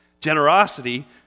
Generosity